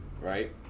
Right